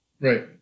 Right